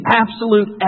absolute